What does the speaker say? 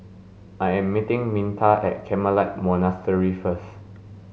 I am meeting Minta at Carmelite Monastery first